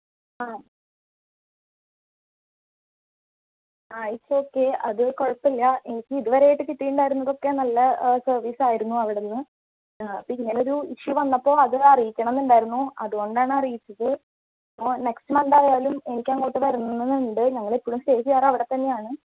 ആ it's okay അത് കുഴപ്പമില്ല എനിക്ക് ഇതുവരെയായിട്ട് കിട്ടിയിട്ടുണ്ടായിരുന്നതൊക്കെ നല്ല സർവിസ് ആയിരുന്നു അവിടുന്ന് ഇപ്പം ഇങ്ങനെയൊരു ഇഷ്യൂ വന്നപ്പോൾ അത് അറിയിക്കണം എന്നുണ്ടായിരുന്നു അതുകൊണ്ടാണ് അറിയിച്ചത് ആ നെക്സ്റ്റ് മന്ത് ആയാലും എനിക്കങ്ങോട്ട് വരണം എന്നുണ്ട് ഞങ്ങൾ എപ്പോഴും സ്റ്റേ ചെയ്യാറ് അവിടെത്തന്നെയാണ്